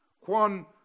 One